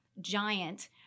giant